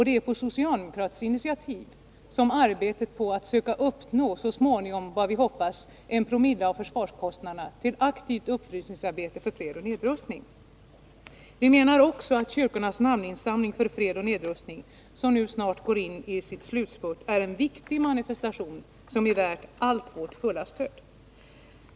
Det är på socialdemokratiskt initiativ som ett arbete har inletts för att vi så småningom förhoppningsvis skall uppnå målet att 1 Xo av försvarskostnaderna går till aktiv upplysning för fred och nedrustning. Vi menar också att kyrkornas namninsamling för fred och nedrustning, som nu snart går in i sin slutspurt, är en viktig manifestation, som är värd vårt fulla stöd.